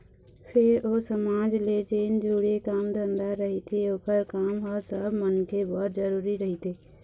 फेर ओ समाज ले जेन जुड़े काम धंधा रहिथे ओखर काम ह सब मनखे बर जरुरी रहिथे